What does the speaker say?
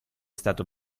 stato